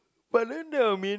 but then that will mean